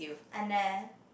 and there